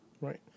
Right